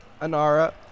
Anara